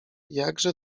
jakże